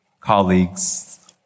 colleagues